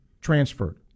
Transferred